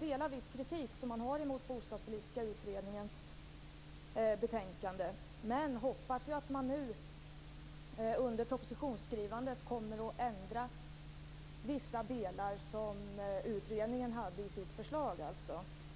delar viss kritik som Owe Hellberg har emot den bostadspolitiska utredningens betänkande. Men jag hoppas att man nu under propositionsskrivandet kommer att ändra vissa delar som utredningen hade i sitt förslag.